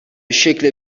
شکل